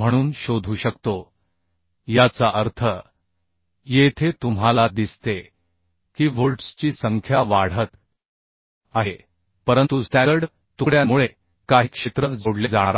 म्हणून शोधू शकतो याचा अर्थ येथे तुम्हाला दिसते की व्होल्ट्सची संख्या वाढत आहे परंतु स्टॅगर्ड तुकड्यांमुळे काही क्षेत्र जोडले जाणार आहे